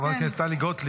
חברת הכנסת טלי גוטליב,